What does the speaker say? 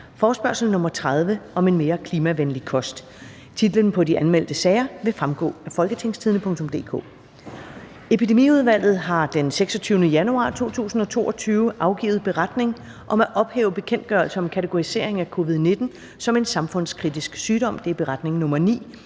gevinster for klimaet?). Titlerne på de anmeldte sager vil fremgå af www.folketingstidende.dk. (jf. ovenfor). Epidemiudvalget har den 26. januar 2022 afgivet: Beretning om at ophæve bekendtgørelse om kategorisering af covid-19 som en samfundskritisk sygdom. (Beretning nr. 9).